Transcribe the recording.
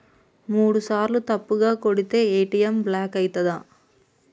మూడుసార్ల తప్పుగా కొడితే ఏ.టి.ఎమ్ బ్లాక్ ఐతదా?